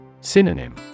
Synonym